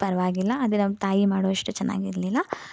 ಪರ್ವಾಗಿಲ್ಲ ಆದರೆ ನಮ್ಮ ತಾಯಿ ಮಾಡುವಷ್ಟು ಚೆನ್ನಾಗಿರಲಿಲ್ಲ